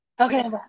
Okay